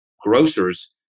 grocers